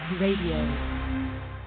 radio